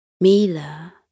Mila